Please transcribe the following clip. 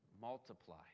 multiply